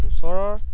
ওচৰৰ